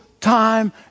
time